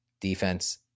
Defense